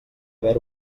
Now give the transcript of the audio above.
haver